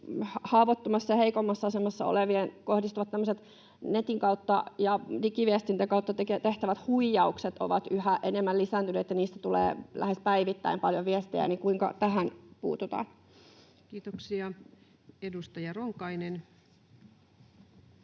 haavoittuvassa ja heikommassa asemassa oleviin kohdistuvat, netin kautta ja digiviestinnän kautta tehtävät huijaukset ovat yhä enemmän lisääntyneet, ja niistä tulee lähes päivittäin paljon viestejä. Kuinka tähän puututaan? [Speech 212] Speaker: